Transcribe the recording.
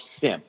SIM